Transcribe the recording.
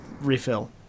refill